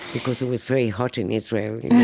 because it was very hot in israel, yeah